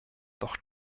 doch